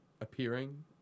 appearing